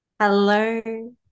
hello